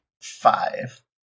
Five